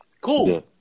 cool